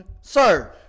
Sir